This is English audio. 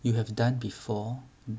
you have done before